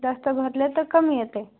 जास्त भरले तर कमी येते